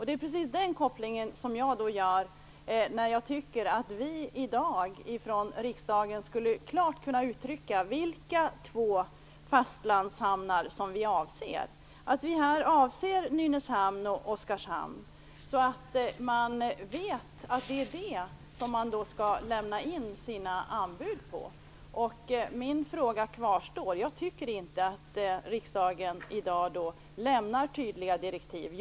Det är den kopplingen jag gör när jag tycker att vi i riksdagen i dag klart skulle kunna uttrycka vilka två fastlandshamnar som vi avser. Vi skulle kunna säga att vi avser Nynäshamn och Oskarshamn så att man vet att det är detta som man skall lämna in sina anbud på. Min fråga kvarstår. Jag tycker inte att riksdagen lämnar tydliga direktiv i dag.